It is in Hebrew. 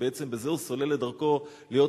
ובעצם בזה הוא סולל את דרכו להיות